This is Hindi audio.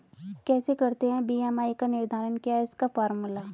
कैसे करते हैं बी.एम.आई का निर्धारण क्या है इसका फॉर्मूला?